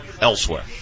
Elsewhere